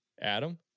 adam